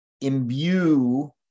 imbue